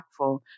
impactful